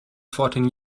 fourteen